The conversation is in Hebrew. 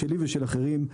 שלי ושל אחרים,